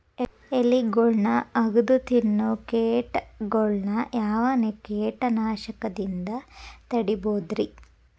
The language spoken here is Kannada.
ಎಲಿಗೊಳ್ನ ಅಗದು ತಿನ್ನೋ ಕೇಟಗೊಳ್ನ ಯಾವ ಕೇಟನಾಶಕದಿಂದ ತಡಿಬೋದ್ ರಿ?